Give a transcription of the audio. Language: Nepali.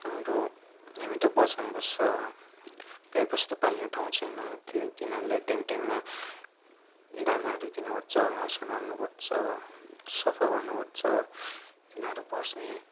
हाम्रो हामी त बजारमा बस्छ गाईवस्तु पाल्ने ठाउँ छैन त्यो तिनीहरूलाई टाइम टाइममा दानाहरू दिनु पर्छ घाँसहरू हाल्नु पर्छ सफा गर्नु पर्छ तिनीहरू बस्ने